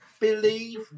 believe